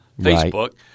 Facebook